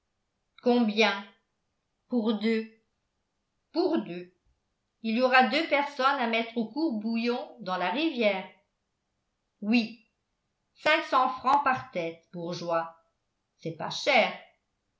combien pour deux pour deux il y aura deux personnes à mettre au court bouillon dans la rivière oui cinq cents francs par tête bourgeois c'est pas cher